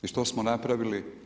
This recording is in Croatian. I što smo napravili?